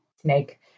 snake